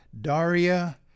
Daria